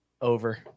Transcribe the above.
over